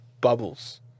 bubbles